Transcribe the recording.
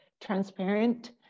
transparent